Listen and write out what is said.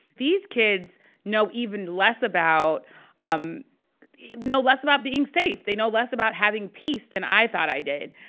these kids know even less about um know less about being safe. they know less about having peace than i thought i did.